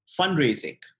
fundraising